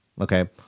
okay